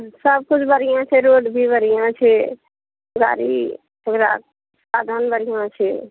सबकिछु बढ़िआँ छै रोड भी बढ़िआँ छै गाड़ी ओकरा साधन बढ़िआँ छै